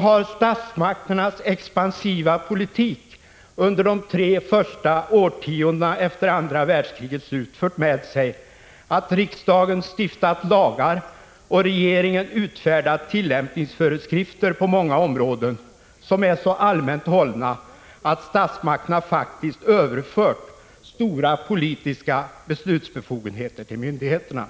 har statsmakternas expansiva politik under de tre första årtiondena efter andra världskrigets slut fört med sig att riksdagen stiftat lagar och regeringen utfärdat tillämpningsföreskrifter på många områden som är så allmänt hållna att statsmakterna faktiskt överfört stora politiska beslutsbefogenheter till myndigheterna.